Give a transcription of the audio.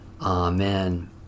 Amen